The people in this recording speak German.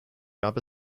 gab